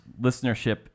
listenership